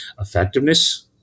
effectiveness